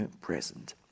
present